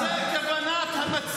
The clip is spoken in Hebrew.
אבל זו המציאות --- זו כוונת המציע,